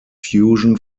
fusion